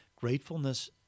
Gratefulness